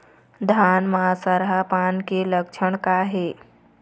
धान म सरहा पान के लक्षण का हे?